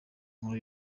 nkuru